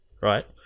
right